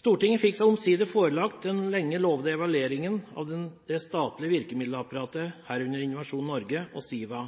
Stortinget fikk seg omsider forelagt den lenge lovede evalueringen av det statlige virkemiddelapparatet, herunder Innovasjon Norge og SIVA.